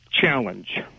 challenge